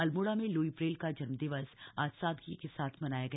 अल्मोड़ा में Louis Braille का जन्म दिवस आज सादगी के साथ मनाया गया